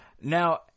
Now